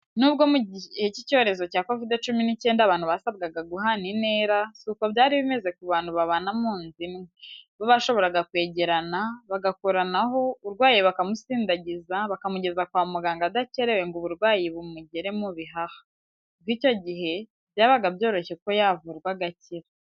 N'ubwo mu gihe cy'icyorezo cya covid cumi n'icyenda, abantu basabwaga guhana intera; si uko byari bimeze ku bantu babana mu nzu imwe, bo bashoboraga kwegerana, bagakoranaho, urwaye bakamusindagiza, bakamugeza kwa muganga adakerewe ngo uburwayi bugere mu bihaha, kuko icyo gihe byabaga byoroshye ko yavurwa agakira.